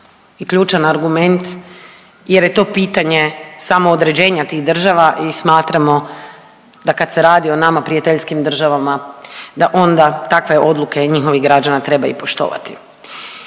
i ključan argument jer je to pitanje samoodređenja tih država i smatramo da kada se radi o nama prijateljskim državama da onda takve odluke njihovih građana treba i poštovati.